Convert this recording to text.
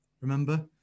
Remember